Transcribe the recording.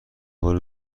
قول